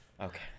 Okay